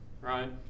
right